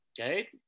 Okay